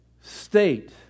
state